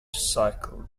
cycling